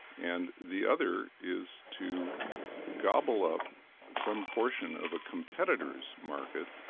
and the other is to gobble up some portion of a competitor's market,